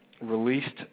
released